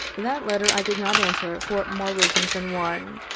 that letter i did not answer for more reasons than one.